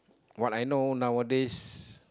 what I know nowadays